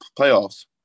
playoffs